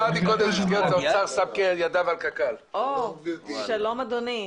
שלום אדוני.